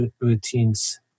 routines